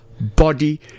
body